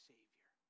Savior